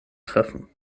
treffen